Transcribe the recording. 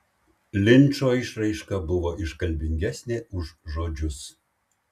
linčo išraiška buvo iškalbingesnė už žodžius